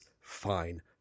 fine